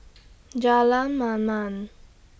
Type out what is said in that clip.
Jalan Mamam